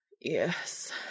Yes